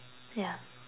yeah